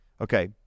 Okay